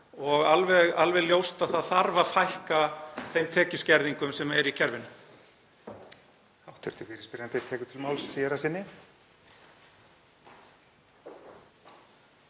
og alveg ljóst að það þarf að fækka þeim tekjuskerðingum sem er í kerfinu.